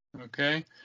Okay